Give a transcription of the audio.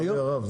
לצערי הרב.